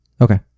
Okay